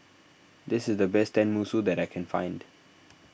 this is the best Tenmusu that I can find